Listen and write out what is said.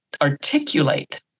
articulate